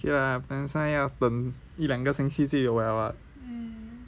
okay lah 要等一两个星期就有了 [what]